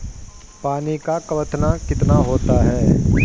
पानी का क्वथनांक कितना होता है?